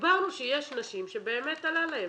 דיברנו על נשים שבאמת עלה להן.